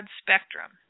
spectrum